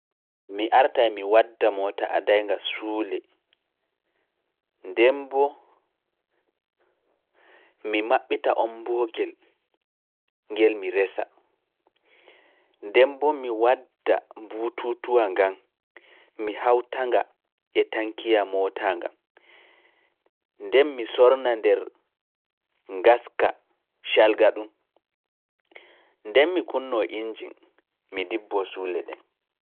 Mi arta e mi wadda moota adaynga suule, nden mbo mi maɓɓita onboogel ngel mi resa, nden mbo mi wadda mbuututuwa ngan, mi hawta nga e tankiya moota ngan, nden mi sorna nder gaska calga ɗum, ndeen mi kunnoo inji, mi ndibboo suule ɗen.